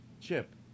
Chip